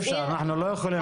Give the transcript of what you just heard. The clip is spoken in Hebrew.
אנחנו לא יכולים,